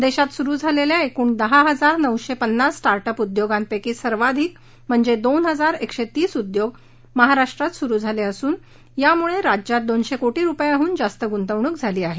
देशात सुरू झालेल्या एकूण दहा हजार नऊशे पन्नास स्टार्ट अप उद्योगांपैकी सर्वाधिक म्हणजे दोन हजार एकशे तीस उद्योग महाराष्ट्रात सुरू झाले असूनयामुळे राज्यात दोनशे कोटी रुपयांहून जास्त गुंतवणूक झाली आहे